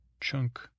chunk